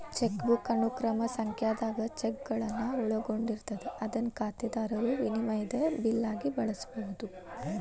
chequebook ಅನುಕ್ರಮ ಸಂಖ್ಯಾದಾಗ ಚೆಕ್ಗಳನ್ನ ಒಳಗೊಂಡಿರ್ತದ ಅದನ್ನ ಖಾತೆದಾರರು ವಿನಿಮಯದ ಬಿಲ್ ಆಗಿ ಬಳಸಬಹುದು